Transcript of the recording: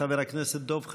חבר הכנסת דב חנין,